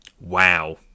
Wow